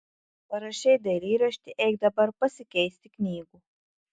parašei dailyraštį eik dabar pasikeisti knygų